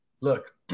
Look